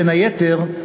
בין היתר,